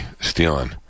stealing